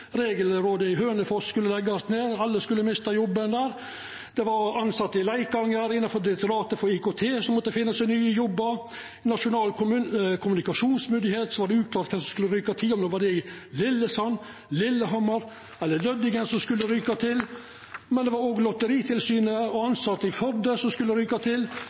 Regelrådet i Hønefoss skulle leggjast ned, alle skulle mista jobben. Tilsette i Direktoratet for forvaltning og IKT i Leikanger måtte finna seg nye jobbar. I Nasjonal kommunikasjonsmyndigheit var det uklart kven som skulle ryka – om det var Lillesand, Lillehammer eller Lødingen som skulle ryka. Men det var også Lotteritilsynet og tilsette i Førde som skulle ryka. Så det er fleire enn ordføraren frå Høgre i Bø som kjem til